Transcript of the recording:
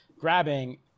grabbing